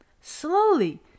Slowly